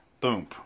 Boom